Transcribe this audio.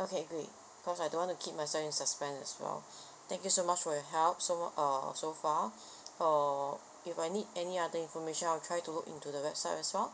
okay great cause I don't want to keep myself in suspend as well thank you so much for your help so um so far err if I need any other information I'll try to look into the website as well